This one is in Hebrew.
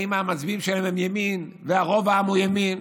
אם המצביעים שלהם הם ימין ורוב העם הוא ימין,